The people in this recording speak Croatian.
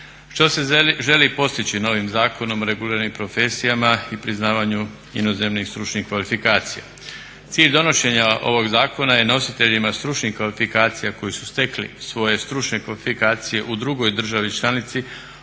Što se želi postići novim zakonom o reguliranim profesijama i priznavanju inozemnih stručnih kvalifikacija? Cilj donošenja ovog zakona je nositeljima stručnih kvalifikacija koji su stekli svoje stručne kvalifikacije u drugoj državi članici